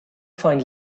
find